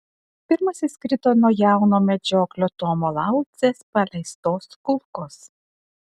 pirmasis krito nuo jauno medžioklio tomo laucės paleistos kulkos